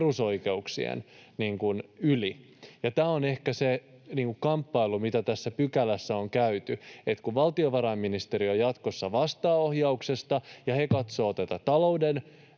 perusoikeuksien yli. Tämä on ehkä se kamppailu, mitä tässä pykälässä on käyty, että kun valtiovarainministeriö jatkossa vastaa ohjauksesta ja he katsovat tätä talouden